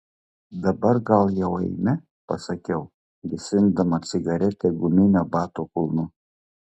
dabar gal jau eime pasakiau gesindama cigaretę guminio bato kulnu